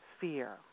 fear